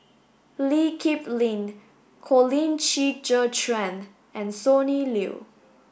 Lee Kip Lin Colin Qi Zhe Quan and Sonny Liew